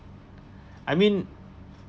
I mean